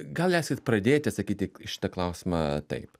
gal leiskit pradėti atsakyti į šitą klausimą taip